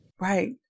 right